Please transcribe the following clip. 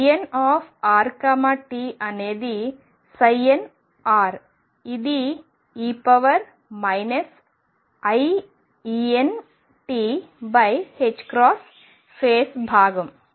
nrtఅనేది n ఇది e iEnt face భాగం